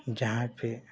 जहाँ पर